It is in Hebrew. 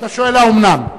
אתה שואל: האומנם?